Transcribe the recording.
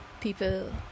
people